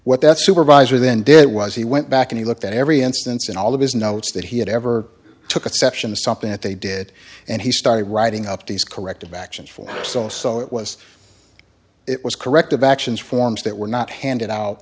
what that supervisor then did was he went back and he looked at every instance in all of his notes that he had ever took exception to something that they did and he started writing up these corrective actions for so so it was it was corrective actions forms that were not handed out